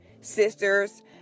sisters